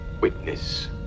witness